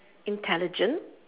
intelligent